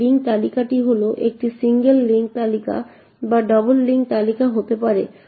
তাই এই লিঙ্ক তালিকাটি হয় একটি সিঙ্গেল লিঙ্ক তালিকা বা একটি ডাবল লিঙ্ক তালিকা হতে পারে